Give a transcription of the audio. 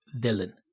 villain